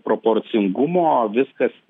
proporcingumo viskas